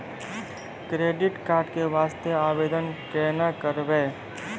Credit card के वास्ते आवेदन केना करबै?